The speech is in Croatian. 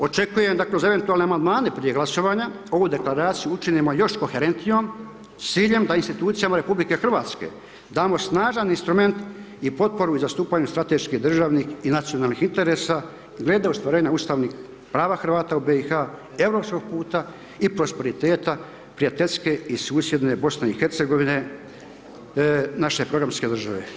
Očekujem, dakle, uz eventualne Amandmane prije glasovanja, ovu Deklaraciju učinimo još koherentnijom s ciljem da Institucijama RH damo snažan instrument i potporu i zastupanje u strateške državnih i nacionalnih interesa glede ostvarenja ustavnih prava Hrvata u BiH, europskog puta i prosperiteta prijateljske i susjedne BiH, naše programske države.